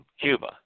Cuba